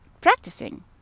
practicing